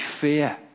fear